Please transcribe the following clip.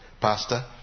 pastor